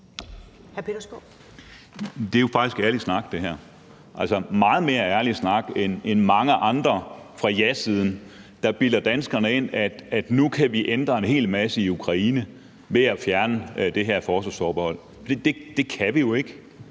Det er jo faktisk ærlig snak. Det er meget mere ærlig snak end snakken fra mange andre fra jasiden, der bilder danskerne ind, at nu kan vi ændre en hel masse i Ukraine ved at fjerne det her forsvarsforbehold. Det kan vi jo ikke.